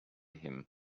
him